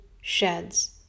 sheds